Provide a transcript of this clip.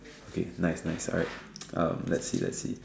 okay nice nice alright um let see let see